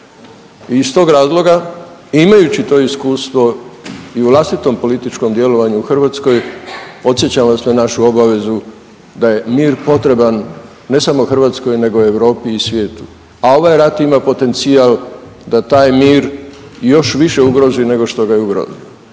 i iz tog razloga, imajući to iskustvo i u vlastitom političkom djelovanju u Hrvatskoj, podsjećam vas na našu obavezu da je mir potreban, ne samo Hrvatskoj, nego Europi i svijetu, a ovaj rat ima potencijal da taj mir još više ugrozi nego što je ugrozio.